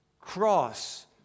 cross